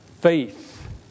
Faith